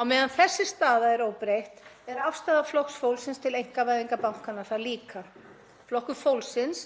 Á meðan þessi staða er óbreytt er afstaða Flokks fólksins til einkavæðingar bankanna það líka. Flokkur fólksins